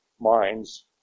minds